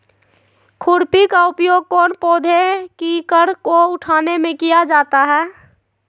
खुरपी का उपयोग कौन पौधे की कर को उठाने में किया जाता है?